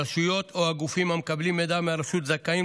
הרשויות או הגופים המקבלים מידע מהרשות זכאים